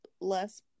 less